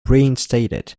reinstated